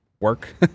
work